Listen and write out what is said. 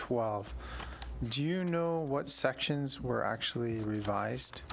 twelve do you know what sections were actually revised